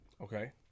Okay